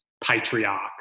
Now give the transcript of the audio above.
patriarch